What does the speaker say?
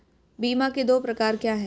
बीमा के दो प्रकार क्या हैं?